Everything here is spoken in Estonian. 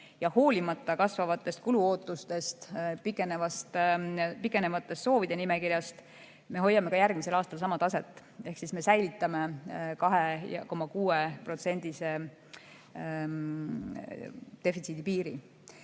Hoolimata kasvavate kulude ootustest, pikenevatest soovide nimekirjast me hoiame ka järgmisel aastal sama taset ehk säilitame 2,6%‑lise defitsiidi piiri.